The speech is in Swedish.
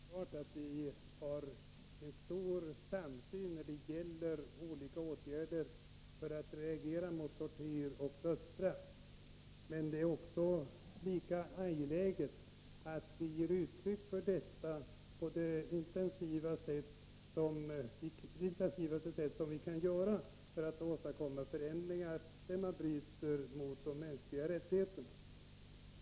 Fru talman! Det är alldeles uppenbart att vi har en stor samstämmighet när det gäller olika sätt att reagera mot tortyr och dödsstraff. Men det är också angeläget att vi ger uttryck åt detta på det intensivaste sätt som vi kan göra för att åstadkomma en förändring, när någon bryter mot de mänskliga rättigheterna.